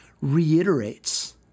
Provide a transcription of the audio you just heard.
reiterates